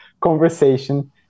conversation